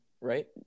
right